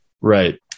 right